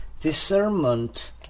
Discernment